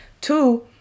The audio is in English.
Two